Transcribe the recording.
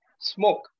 smoke